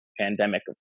pandemic